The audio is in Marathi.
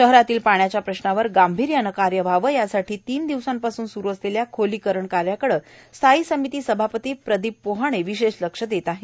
शहरातील पाण्याच्या प्रश्नावर गांभीर्याने कार्य व्हावे यासाठी तीन दिवसापासून सुरू असलेल्या खोलीकरण कार्याकडे स्थायी समिती सभापती प्रदीप पोहाणे विशेष लक्ष देत आहेत